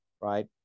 right